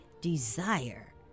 desire